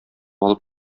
алып